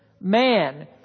man